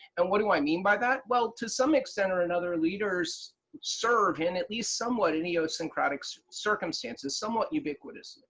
and what do i mean by that? well, to some extent or another, leaders serve in at least somewhat in neo-syncretic so circumstances, somewhat ubiquitous.